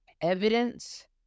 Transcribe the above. evidence